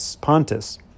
Pontus